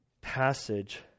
passage